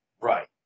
right